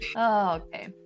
okay